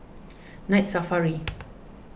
Night Safari